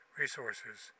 resources